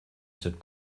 cette